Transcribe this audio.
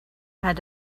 had